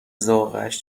ذائقهاش